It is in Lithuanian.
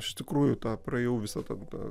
iš tikrųjų tą praėjau visą tą